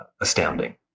astounding